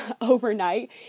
overnight